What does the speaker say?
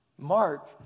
Mark